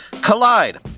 Collide